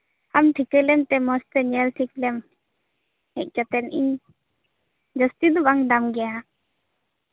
ᱟᱢ ᱴᱷᱤᱠᱟᱹ ᱞᱮᱢ ᱛᱮ ᱢᱚᱸᱡ ᱛᱮ ᱧᱮᱞ ᱴᱷᱤᱠ ᱞᱮᱢ ᱦᱮᱡ ᱠᱟᱛᱮ ᱤᱧ ᱡᱟᱹᱥᱛᱤ ᱫᱚ ᱵᱟᱝ ᱫᱟᱢ ᱜᱮᱭᱟ